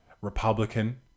Republican